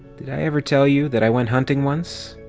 did i ever tell you that i went hunting once?